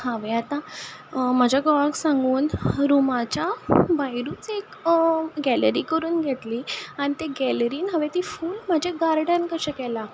हांवें आतां म्हज्या घोवाक सांगून रुमाच्या भायरूच एक गॅलरी करून घेतली आनी ते गॅलरींत हांवें ती फूल म्हजें गार्डन कशें केलां